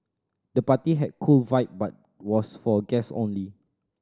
the party had a cool vibe but was for guests only